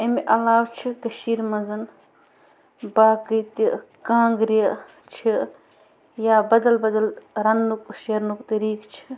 امہِ علاوٕ چھِ کٔشیٖر منٛز باقٕے تہِ کانٛگرِ چھِ یا بدل بدل رَنٛنُک شیرنُک طریٖق چھِ